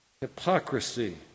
hypocrisy